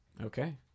Okay